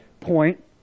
point